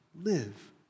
live